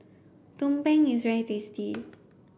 Tumpeng is very tasty